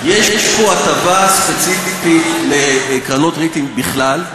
יש פה הטבה ספציפית לקרנות ריט בכלל,